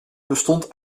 bestond